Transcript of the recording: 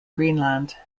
greenland